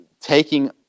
taking